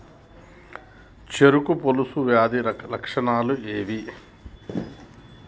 చెరుకు పొలుసు వ్యాధి లక్షణాలు ఏవి?